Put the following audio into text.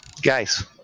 Guys